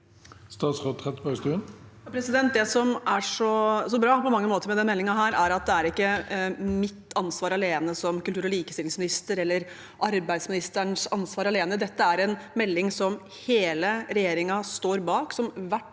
Statsråd Anette Trettebergstuen Det som på mange måter er så bra med denne meldingen, er at dette ikke er mitt ansvar alene som kultur- og likestillingsminister, eller arbeidsministerens ansvar alene. Dette er en melding som hele regjeringen står bak, som hvert